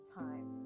time